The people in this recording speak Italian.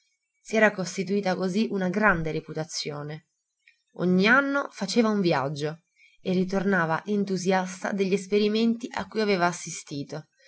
si era costituita così una grande reputazione ogni anno faceva un viaggio e ritornava entusiasta degli esperimenti a cui aveva assistito